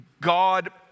God